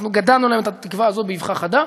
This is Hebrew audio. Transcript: אנחנו גדענו להם את התקווה הזאת באבחה חדה.